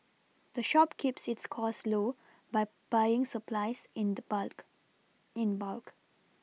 the shop keeps its cost low by buying supplies in the bulk in bulk